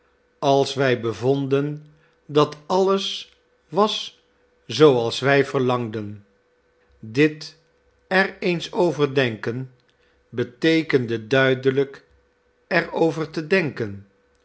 als wij bevonden dat alles was zooals wij verlangden dit er eens over denken beteekende duidelijk er over te denken